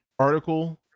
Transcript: article